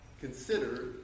consider